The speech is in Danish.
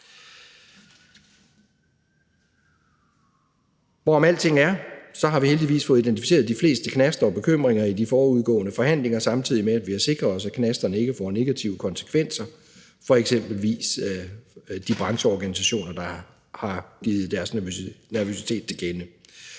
Hvorom alting er, har vi heldigvis fået identificeret de fleste knaster og bekymringer i de forudgående forhandlinger, samtidig med at vi har sikret os, at forslaget ikke får negative konsekvenser, f.eks. for de brancheorganisationer, der har givet deres nervøsitet til kende.